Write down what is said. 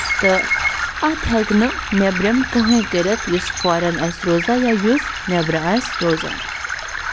تہٕ اَتھ ہٮ۪کہِ نہٕ نیٚبرِم کٕہۭنۍ کٔرِتھ یُس فارٮ۪ن آسہِ روزان یا یُس نٮ۪برٕ آسہِ روزان